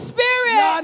Spirit